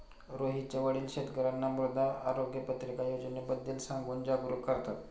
रोहितचे वडील शेतकर्यांना मृदा आरोग्य पत्रिका योजनेबद्दल सांगून जागरूक करतात